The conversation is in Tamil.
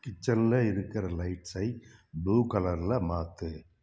கிச்சனில் இருக்கிற லைட்ஸை ப்ளூ கலரில் மாற்று